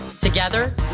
Together